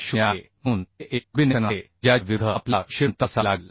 0 आहे म्हणून हे एक कॉम्बिनेशन आहे ज्याच्या विरुद्ध आपल्याला विक्षेपण तपासावे लागेल